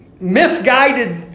misguided